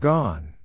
Gone